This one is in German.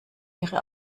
ihre